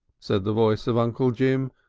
said the voice of uncle jim,